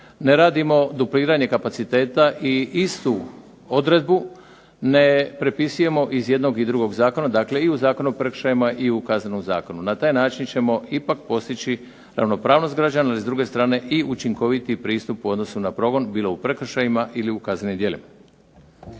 ne radimo dupliranje kapaciteta i istu odredbu ne prepisujemo iz jednog i drugog zakona. Dakle, i u Zakonu o prekršajima i u Kaznenom zakonu. Na taj način ćemo ipak postići ravnopravnost građana, ali s druge strane i učinkovitiji pristup u odnosu na progon bilo u prekršajima ili u kaznenim djelima.